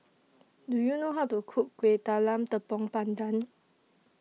Do YOU know How to Cook Kueh Talam Tepong Pandan